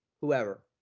whoever